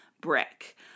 Brick